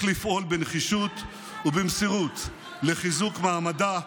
לפעול בנחישות ובמסירות לחיזוק מעמדה,